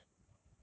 !huh!